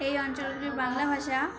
এই অঞ্চলের যে বাংলা ভাষা